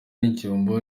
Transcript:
n’icyombo